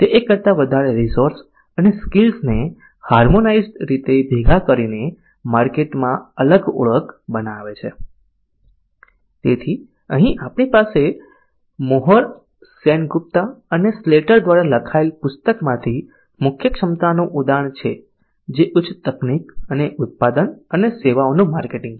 તે એક કરતા વધારે રિસોર્સ અને સ્કિલ્સ ને હાર્મોનાઈઝ્ડ રીતે ભેગા કરીને માર્કેટ માં અલગ ઓળખ બનાવે છે તેથી અહીં આપણી પાસે મોહર સેનગુપ્તા અને સ્લેટર દ્વારા લખાયેલ પુસ્તકમાંથી મુખ્ય ક્ષમતાનું ઉદાહરણ છે જે ઉચ્ચ તકનીક અને ઉત્પાદન અને સેવાઓનું માર્કેટિંગ છે